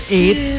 eight